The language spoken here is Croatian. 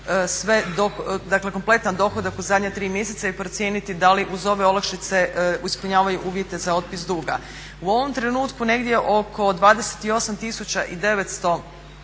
sve, dakle kompletan dohodak u zadnja 3 mjeseca i procijeniti da li uz ove olakšice ispunjavaju uvjete za otpis duga. U ovom trenutku negdje oko 28